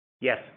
Yes